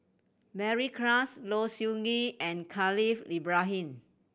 Mary Klass Low Siew Nghee and Khalil Ibrahim